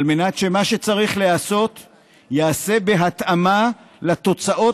על מנת שמה שצריך להיעשות ייעשה בהתאמה לתוצאות